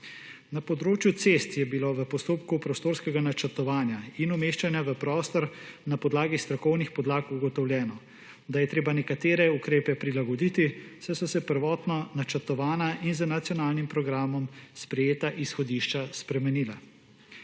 Na področju cest je bilo v postopku prostorskega načrtovanja in umeščanja v prostor na podlagi strokovnih podlag ugotovljeno, da je treba nekatere ukrepe prilagoditi, saj so se prvotna načrtovana in z nacionalnim programom sprejeta izhodišča spremenila.